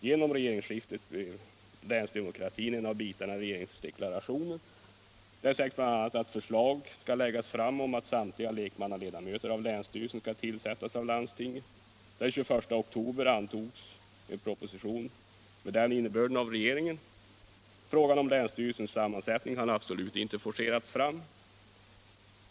Genom regeringsskiftet blev länsdemokratin en av bitarna i regeringsdeklarationen. Där sägs bl.a. att förslag skall läggas fram om att samtliga lekmannaledamöter av länsstyrelserna skall tillsättas av landstingen. Den 21 oktober antogs en proposition med den innebörden av regeringen. Frågan om länsstyrelsens sammansättning har absolut inte forcerats fram.